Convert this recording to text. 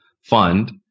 Fund